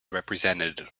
represented